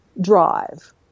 drive